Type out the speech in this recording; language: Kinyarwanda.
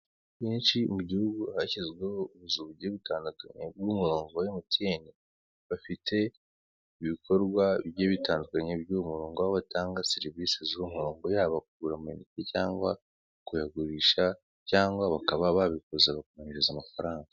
Henshi mu gihugu hashyezweho ubuzu bugiye butandukanye bw'umurongo wa Emutiyeni. Bafite ibikorwa bigiye bitandukanye by'uwo murongo. Aho batanga serivise z'uwo murongo yaba kugura amayinite cyangwa kuyagurisha, cyangwa bakaba babikuza, bakanohereza amafaranga.